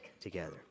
together